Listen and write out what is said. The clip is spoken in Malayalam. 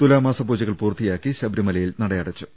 തുലാമാസ പൂജകൾ പൂർത്തിയാക്കി ശബരിമലയിൽ നടയടച്ചു